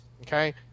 okay